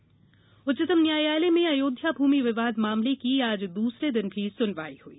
अयोध्या सुनवाई उच्चतम न्यायालय में अयोध्या भूमि विवाद मामले की आज दूसरे दिन भी सुनवाई हुई